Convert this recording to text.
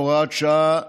הוראת שעה,